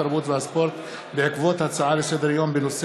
התרבות והספורט בעקבות דיון בהצעה לסדר-היום של